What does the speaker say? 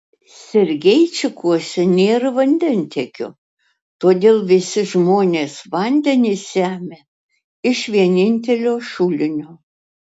sergeičikuose nėra vandentiekio todėl visi žmonės vandenį semia iš vienintelio šulinio